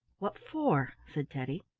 what for? said teddy.